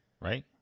Right